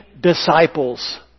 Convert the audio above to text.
disciples